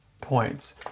points